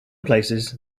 places